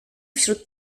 wśród